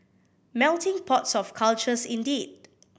melting pots of cultures indeed